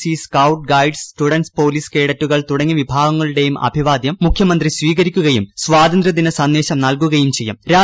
C scout guides students police കേഡറ്റുകൾ തുടങ്ങിയ വിഭാഗങ്ങളുടെയും അഭിവാദ്യം മുഖ്യമന്ത്രി സ്വീകരിക്കുകയും സ്വാതന്ത്ര്യദിന സന്ദേശം നൽകുകയും ചെയ്യും